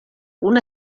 una